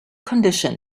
condition